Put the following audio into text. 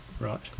Right